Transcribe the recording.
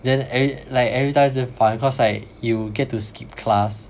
then eve~ like every time damn fun cause like you get to skip class